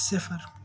صِفر